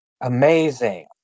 Amazing